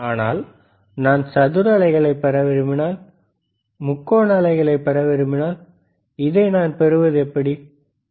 ஆனால் நான் சதுர அலைகளைப் பெற விரும்பினால் முக்கோண அலைகளைப் பெற விரும்பினால் இதை நான் எவ்வாறு பெறுவது